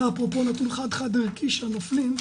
זה אפרופו נתון חד-חד ערכי של נופלים,